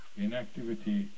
Inactivity